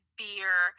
beer